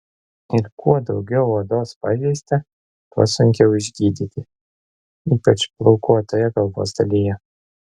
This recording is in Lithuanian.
ir kuo daugiau odos pažeista tuo sunkiau išgydyti ypač plaukuotoje galvos dalyje